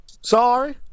Sorry